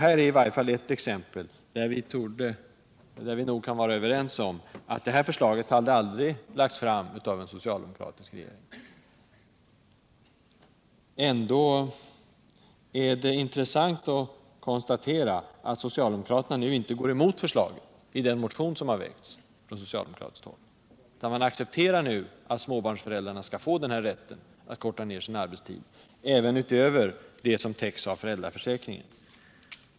Här är i varje fall ett område där vi kan vara överens om att detta förslag aldrig hade lagts fram av en socialdemokratisk regering. Ändå är det intressant att konstatera, att socialdemokraterna nu inte går emot förslaget i den motion som de har väckt. De accepterar nu att småbarnsföräldrarna skall få rätt att korta av sin arbetsdag, även utöver den tid som täcks av föräldraförsäkringen.